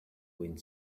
wind